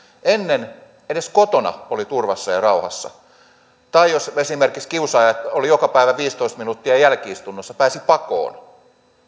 ennen edes kotona oli turvassa ja rauhassa tai esimerkiksi jos kiusaaja oli joka päivä viisitoista minuuttia jälki istunnossa niin pääsi pakoon